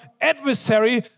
adversary